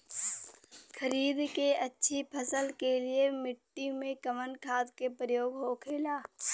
खरीद के अच्छी फसल के लिए मिट्टी में कवन खाद के प्रयोग होखेला?